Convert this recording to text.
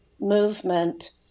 movement